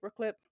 Paperclip